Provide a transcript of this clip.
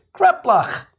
kreplach